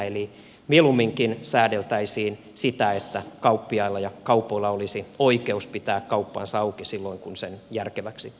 eli mieluumminkin säädeltäisiin sitä että kauppiailla ja kaupoilla olisi oikeus pitää kauppansa auki silloin kun sen järkeväksi kokevat